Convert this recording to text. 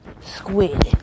squid